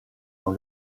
dans